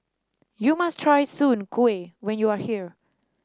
you must try Soon Kuih when you are here